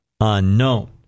unknown